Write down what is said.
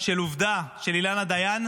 של עובדה של אילנה דיין,